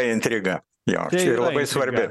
intriga jog čia ir labai svarbi